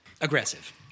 aggressive